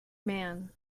man